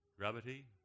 Gravity